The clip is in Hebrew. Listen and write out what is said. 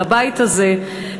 לבית הזה,